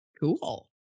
Cool